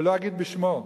ולא אגיד בשמו.